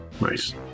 Nice